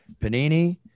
panini